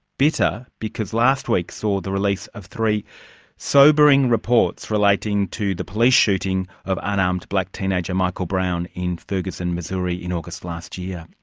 bitter because last week saw the release of three sobering reports relating to the police shooting of unarmed black teenager michael brown in ferguson missouri in august last year.